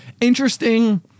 interesting